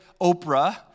Oprah